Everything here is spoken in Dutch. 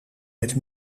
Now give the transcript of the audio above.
met